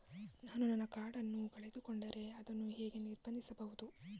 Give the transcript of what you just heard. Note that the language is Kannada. ನಾನು ನನ್ನ ಕಾರ್ಡ್ ಅನ್ನು ಕಳೆದುಕೊಂಡರೆ ಅದನ್ನು ಹೇಗೆ ನಿರ್ಬಂಧಿಸಬಹುದು?